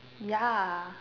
ya